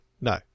no